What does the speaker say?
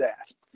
asked